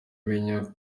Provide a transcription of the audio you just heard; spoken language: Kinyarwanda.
menya